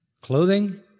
clothing